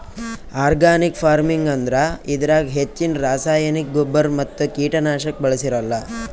organic farming ಅಂದ್ರ ಇದ್ರಾಗ್ ಹೆಚ್ಚಿನ್ ರಾಸಾಯನಿಕ್ ಗೊಬ್ಬರ್ ಮತ್ತ್ ಕೀಟನಾಶಕ್ ಬಳ್ಸಿರಲ್ಲಾ